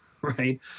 right